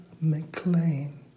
McLean